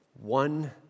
one